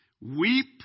Weep